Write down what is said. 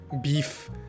beef